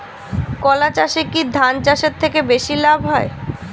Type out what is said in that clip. কলা চাষে কী ধান চাষের থেকে বেশী লাভ হয়?